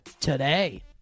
today